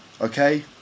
Okay